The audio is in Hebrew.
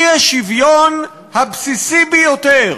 האי-שוויון הבסיסי ביותר